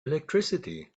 electricity